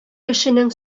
кешенең